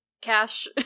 Cash